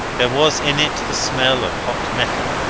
there was in it the smell of hot metal,